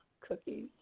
cookies